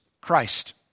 Christ